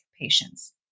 patients